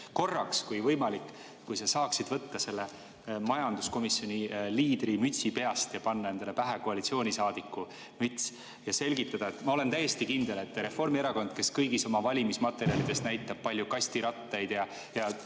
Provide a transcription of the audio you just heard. Kristen! Kui võimalik, kas sa saaksid korraks võtta selle majanduskomisjoni liidri mütsi peast ja panna endale pähe koalitsioonisaadiku mütsi ja selgitada? Ma olen täiesti kindel, et Reformierakond, kes kõigis oma valimismaterjalides näitab palju kastirattaid –